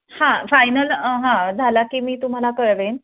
हां फायनल हां झाला की मी तुम्हाला कळवेन